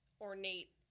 ornate